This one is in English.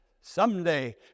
someday